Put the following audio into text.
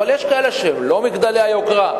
אבל יש כאלה שהם לא מגדלי היוקרה,